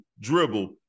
dribble